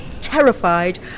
terrified